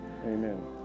Amen